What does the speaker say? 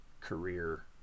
career